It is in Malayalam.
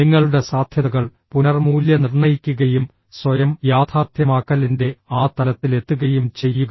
നിങ്ങളുടെ സാധ്യതകൾ പുനർമൂല്യനിർണ്ണയിക്കുകയും സ്വയം യാഥാർത്ഥ്യമാക്കലിന്റെ ആ തലത്തിലെത്തുകയും ചെയ്യുക